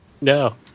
No